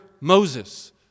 Moses